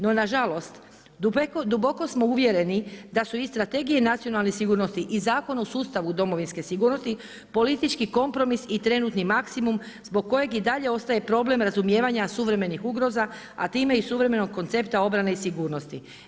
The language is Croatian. No nažalost duboko smo uvjereni da su i strategije i nacionalne sigurnost i Zakon o sustavu domovinske sigurnosti politički kompromis i trenutni maksimum zbog kojeg i dalje ostaje problem razumijevanja suvremenih ugroza a time i suvremenog koncepta obrane i sigurnosti.